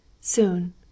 Soon